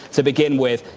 to begin with,